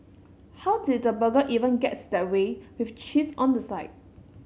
how did the burger even get that way with cheese on the side